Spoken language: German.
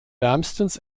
wärmstens